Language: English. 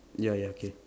ya ya okay